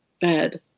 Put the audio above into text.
bed